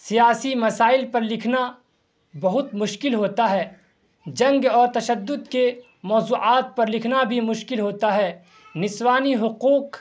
سیاسی مسائل پر لکھنا بہت مشکل ہوتا ہے جنگ اور تشدد کے موضوعات پر لکھنا بھی مشکل ہوتا ہے نسوانی حقوق